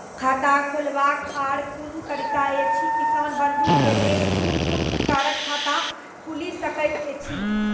खाता खोलवाक आर कूनू तरीका ऐछि, किसान बंधु के लेल कून कून प्रकारक खाता खूलि सकैत ऐछि?